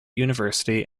university